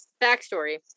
backstory